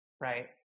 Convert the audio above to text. right